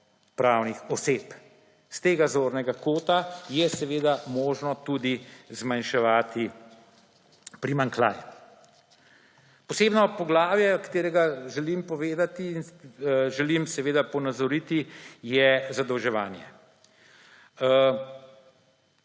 pravnih oseb. S tega zornega kota je seveda možno tudi zmanjševati primanjkljaj. Posebno poglavje, katerega želim povedati in želim seveda ponazoriti, je zadolževanje,